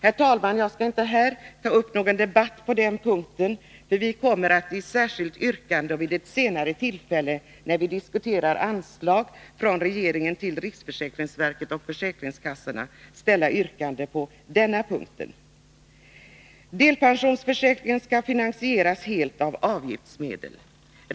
Jag skall, herr talman, inte här ta upp någon debatt på den punkten, eftersom vi vid ett senare tillfälle, när vi diskuterar anslag till riksförsäkringsverket och försäkringskassorna, kommer att ställa ett särskilt yrkande i denna del. Delpensionsförsäkringen skall helt finansieras av avgiftsmedel.